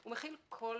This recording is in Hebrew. הוא מכיל כל